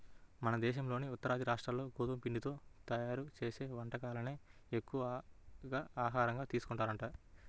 మన దేశంలోని ఉత్తరాది రాష్ట్రాల్లో గోధుమ పిండితో తయ్యారు చేసే వంటకాలనే ఎక్కువగా ఆహారంగా తీసుకుంటారంట